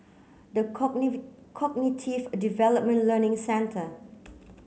the Cognitive Development Learning Centre